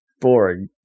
boring